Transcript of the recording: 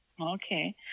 Okay